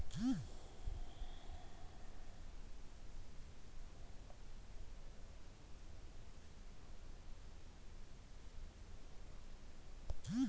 ನೀರು ಗಾಳಿ ಮಂಜುಗಡ್ಡೆ ಮತ್ತು ಗುರುತ್ವಾಕರ್ಷಣೆ ಪ್ರತಿಕ್ರಿಯೆಯ ಚಲನೆಯಿಂದ ಮಣ್ಣಿನ ಸವೆತ ಉಂಟಾಗ್ತದೆ